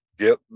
Get